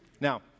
Now